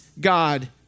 God